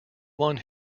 one